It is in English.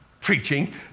preaching